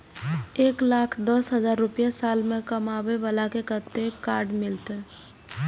एक लाख दस हजार रुपया साल में कमाबै बाला के कतेक के कार्ड मिलत?